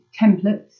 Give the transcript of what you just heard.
templates